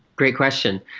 great question.